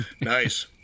Nice